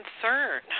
concern